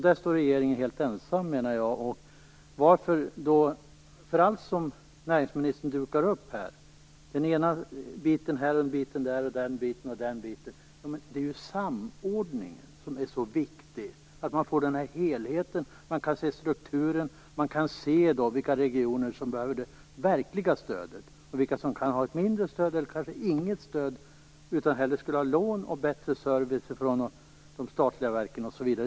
Där står regeringen helt ensam. Näringsministern dukar upp den ena biten här och den andra biten där, men det är ju samordningen som är så viktig, att man får helheten, kan se strukturen och kan se vilka regioner som behöver det verkliga stödet, vilka som kan ha ett mindre stöd och vilka som kanske inte skulle ha något stöd utan hellre lån och bättre service från de statliga verken osv.